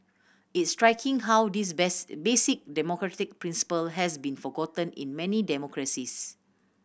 it's striking how this basic democratic principle has been forgotten in many democracies